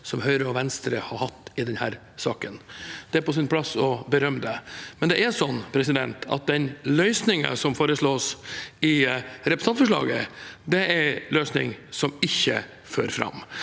Høyre og Venstre har hatt i denne saken. Det er på sin plass å berømme det, men det er sånn at den løsningen som foreslås i representantforslaget, er en løsning som ikke fører fram.